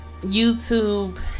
YouTube